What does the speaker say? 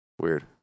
Weird